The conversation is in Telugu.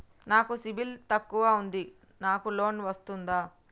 నాకు సిబిల్ తక్కువ ఉంది నాకు లోన్ వస్తుందా?